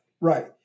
right